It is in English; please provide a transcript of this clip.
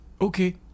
Okay